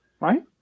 Right